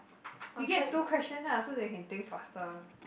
you get two question lah so they can think faster